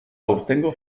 aurtengo